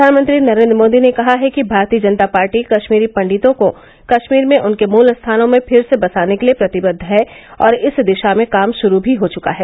प्रधानमंत्री नरेन्द्र मोदी ने कहा है कि भारतीय जनता पार्टी कश्मीरी पंडितों को कश्मीर में उनके मुल स्थानों में फिर से बसाने के लिए प्रतिबद्व है और इस दिशा में काम शुरू भी हो चुका है